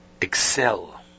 excel